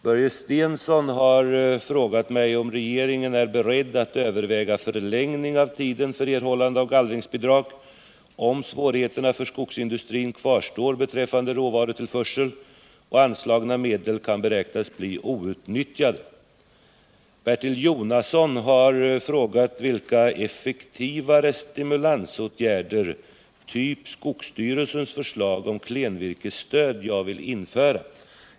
Börje Stensson har frågat mig om regeringen är beredd att överväga förlängning av tiden för erhållande av gallringsbidrag, om svårigheterna för skogsindustrin kvarstår beträffande råvarutillförsel och anslagna medel kan beräknas bli outnyttjade. Bertil Jonasson har frågat vilka effektivare stimulansåtgärder, typ skogsstyrelsens förslag om klenvirkesstöd, jag vill införa.